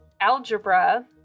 algebra